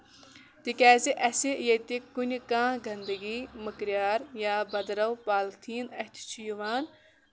تِکیازِ اَسہِ ییٚتہِ کُنہِ کانٛہہ گنٛدگی مٔکریر یا بدرو پالیٖتھیٖن اَتھِ چھُ یِوان